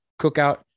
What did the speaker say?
Cookout